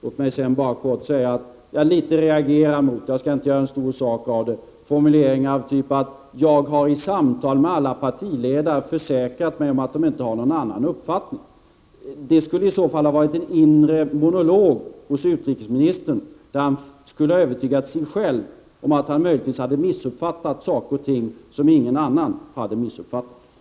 Låt mig sedan bara kort säga — jag skall inte göra stor sak av det — att jag reagerade litet mot formuleringarna av typen ”Jag har i samtal med alla partiledare försäkrat mig om att de inte har någon annan uppfattning”. Det skulle i så fall ha varit en inre monolog hos utrikesministern, där han skulle ha övertygat sig själv att han möjligtvis hade missuppfattat saker och ting som ingen annan hade missuppfattat.